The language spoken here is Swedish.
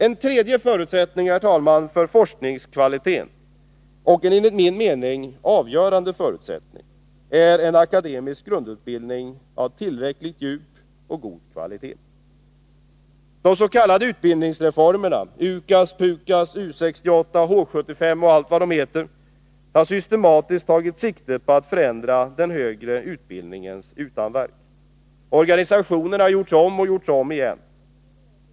En tredje förutsättning, herr talman, för forskningskvaliteten — och en enligt min mening avgörande förutsättning — är en akademisk grundutbildning av tillräckligt djup och god kvalitet. utbildningsreformerna— UKAS, PUKAS, U 68, H 75 och allt vad de heter — har systematiskt tagit sikte på att förändra den högre utbildningens utanverk. Organisationen har gjorts om och gjorts om igen.